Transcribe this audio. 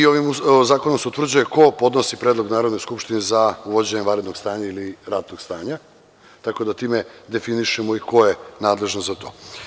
Ovim zakonom se utvrđuje ko podnosi predlog Narodnoj skupštini za uvođenje vanrednog stanja ili ratnog stanja, tako da time definišemo i ko je nadležan za to.